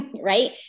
Right